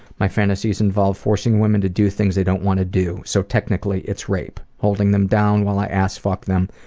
my fantasies involve forcing women to do things they don't want to do, so technically it's rape. holding them down while i ass fuck them,